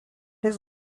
his